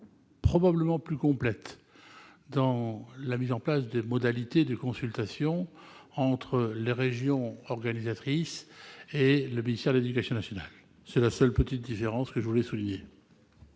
probablement plus complète pour ce qui concerne la mise en place de modalités de consultations entre les régions organisatrices et le ministère de l'éducation nationale. C'est la seule petite différence que je tenais à souligner.